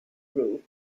group